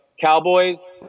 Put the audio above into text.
Cowboys